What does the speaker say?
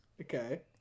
okay